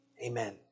Amen